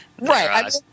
Right